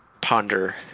ponder